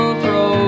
throw